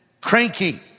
cranky